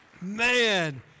Man